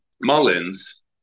Mullins